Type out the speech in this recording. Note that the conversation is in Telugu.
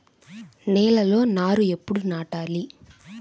నేలలో నారు ఎప్పుడు నాటాలి?